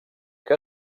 que